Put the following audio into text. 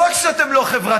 לא רק שאתם לא חברתיים,